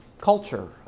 culture